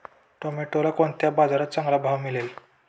टोमॅटोला कोणत्या बाजारात चांगला भाव मिळेल?